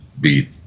beat